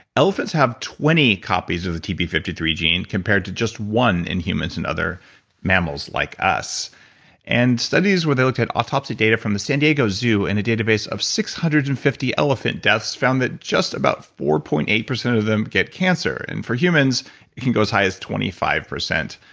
elephants have twenty copies of the t p five three gene compared to just one in humans and other mammals like us and studies where they looked at autopsy data from the san diego zoo in a database of six hundred and fifty elephant deaths found that just about four point eight zero of them get cancer and for humans, it can go as high as twenty five percent.